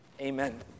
amen